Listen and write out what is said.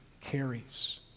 carries